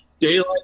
Daylight